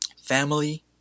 family